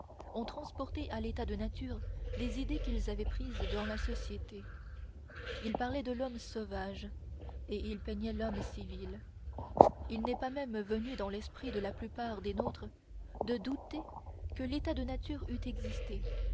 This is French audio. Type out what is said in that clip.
ont transporté à l'état de nature des idées qu'ils avaient prises dans la société ils parlaient de l'homme sauvage et ils peignaient l'homme civil il n'est pas même venu dans l'esprit de la plupart des nôtres de douter que l'état de nature eût existé